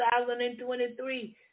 2023